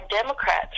Democrats